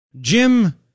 Jim